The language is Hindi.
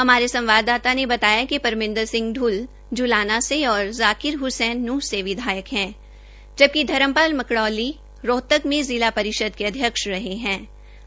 हमारे संवाददाता ने बताया कि परमिंदर सिंह प्ल ज्लाना से और जाकिर हसैन नूंह से विधायक है जबकि धर्मपाल मकडौली रोहतक में जिला परिषद के अध्यक्ष रह चुके है